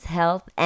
health